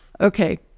Okay